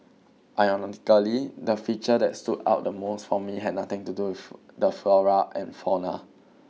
ironically the feature that stood out the most for me had nothing to do with the flora and fauna